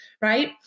right